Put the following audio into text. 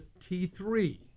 T3